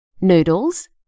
noodles